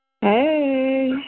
Hey